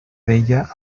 deia